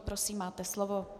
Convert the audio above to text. Prosím, máte slovo.